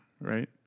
Right